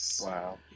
wow